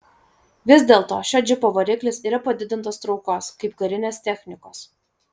vis dėlto šio džipo variklis yra padidintos traukos kaip karinės technikos